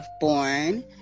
born